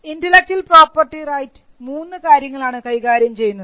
intellectual property right പ്രധാനമായും മൂന്ന് കാര്യങ്ങളാണ് കൈകാര്യം ചെയ്യുന്നത്